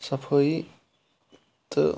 صفٲیی تہٕ